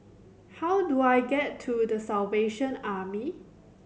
how do I get to The Salvation Army